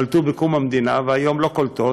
קלטו בקום המדינה, והיום לא קולטות,